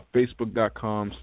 Facebook.com